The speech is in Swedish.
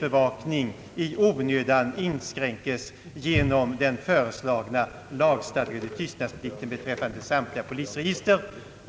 nuvarande ordningen. Vad jag här anfört är ett exempel på hur pressens nyhetsbevakning genom den föreslagna lagstadgade tystnadsplikten beträffande samtliga polisregister i onödan skulle inskränkas.